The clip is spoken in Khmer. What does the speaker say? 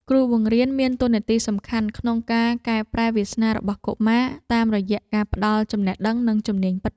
គ្រូបង្រៀនមានតួនាទីសំខាន់ក្នុងការកែប្រែវាសនារបស់កុមារតាមរយៈការផ្តល់ចំណេះដឹងនិងជំនាញពិត។